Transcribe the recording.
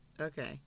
Okay